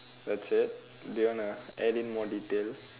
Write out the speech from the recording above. that's it do you wanna add in more detail